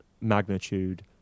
magnitude